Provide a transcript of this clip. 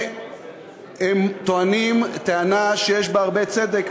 והם טוענים טענה שיש בה הרבה צדק.